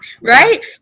right